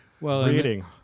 Reading